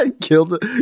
killed